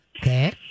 Okay